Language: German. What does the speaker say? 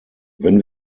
wenn